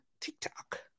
TikTok